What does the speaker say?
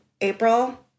April